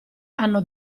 hanno